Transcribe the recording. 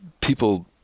people